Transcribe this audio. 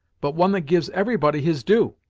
but one that gives every body his due